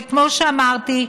וכמו שאמרתי,